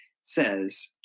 says